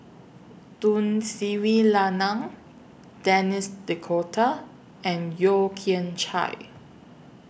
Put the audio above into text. Tun Sri Lanang Denis D'Cotta and Yeo Kian Chye